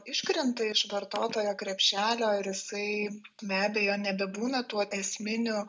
iškrenta iš vartotojo krepšelio ir jisai be abejo nebebūna tuo esminiu